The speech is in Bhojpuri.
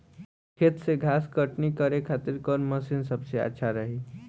खेत से घास कटनी करे खातिर कौन मशीन सबसे अच्छा रही?